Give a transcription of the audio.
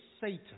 Satan